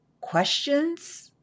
questions